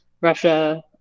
Russia